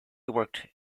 worked